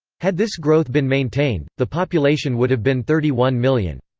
had this growth been maintained, the population would have been thirty one million.